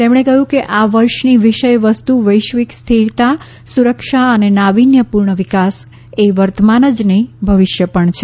તેમણે કહ્યું કે આ વર્ષની વિષયવસ્તુ વૈશ્વિક સ્થિરતા સુરક્ષા અને નાવિન્યપૂર્ણ વિકાસ એ વર્તમાન જ નહીં પર ભવિષ્ય પણ છે